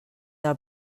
del